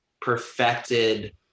perfected